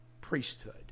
priesthood